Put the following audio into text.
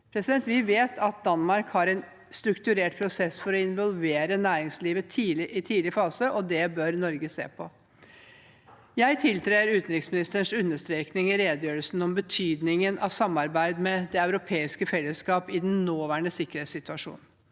prosesser. Vi vet at Danmark har en strukturert prosess for å involvere næringslivet i en tidlig fase, og det bør Norge se på. Jeg tiltrer utenriksministerens understreking i redegjørelsen om betydningen av samarbeid med det europeiske fellesskapet i den nåværende sikkerhetssituasjonen.